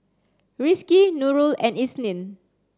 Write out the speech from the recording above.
Rizqi Nurul and Isnin